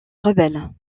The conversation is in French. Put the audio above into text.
rebelle